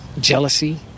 jealousy